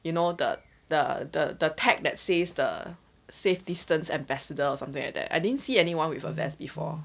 you know the the the the tag that says the safe distance ambassador or something like that I didn't see anyone with a vest before